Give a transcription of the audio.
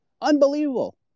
Unbelievable